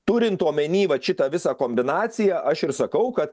turint omeny vat šitą visą kombinaciją aš ir sakau kad